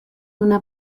una